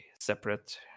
separate